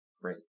great